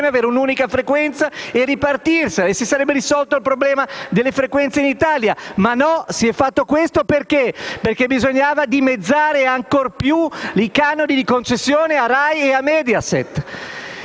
avere un'unica frequenza e ripartirsela e si sarebbe risolto il problema delle frequenze in Italia. Invece no, si è fatto questo perché? Perché bisognava dimezzare ancora più i canoni di concessione a RAI e a Mediaset,